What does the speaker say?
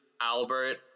albert